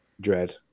Dread